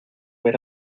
ver